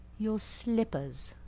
your slippers.